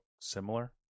similar